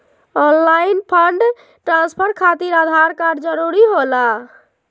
Online fund transfer खातिर Aadhaar card जरूरी होला?